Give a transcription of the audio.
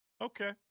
Okay